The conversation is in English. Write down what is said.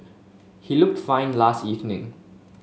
he looked fine last evening